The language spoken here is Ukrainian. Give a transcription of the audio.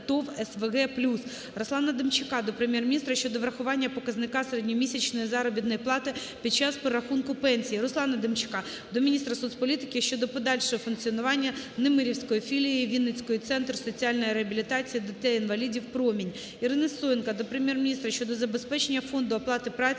Руслана Демчака до Прем'єр-міністра щодо врахування показника середньомісячної заробітної плати під час перерахунку пенсій. Руслана Демчака до міністра соціальної політики щодо подальшого функціонування Немирівської філії Вінницький центр соціальної реабілітації дітей-інвалідів "Промінь". Ірини Сисоєнко до Прем'єр-міністра щодо забезпечення фонду оплати праці